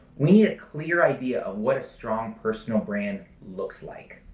we need a clear idea of what a strong personal brand looks like!